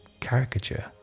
caricature